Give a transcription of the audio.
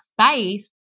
space